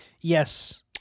Yes